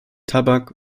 tabak